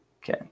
Okay